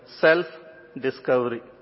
Self-discovery